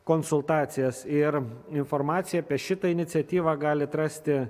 konsultacijas ir informaciją apie šitą iniciatyvą galit rasti